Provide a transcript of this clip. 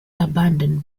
abandoned